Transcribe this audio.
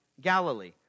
Galilee